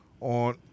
on